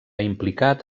implicat